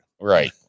Right